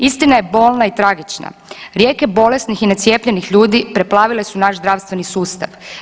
Istina je bolna i tragična, rijeke bolesnih i necijepljenih ljudi preplavile su naš zdravstveni sustav.